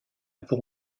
pour